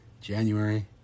January